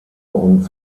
und